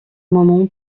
moment